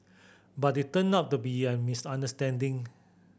but it turned out to be a misunderstanding